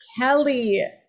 Kelly